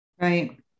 Right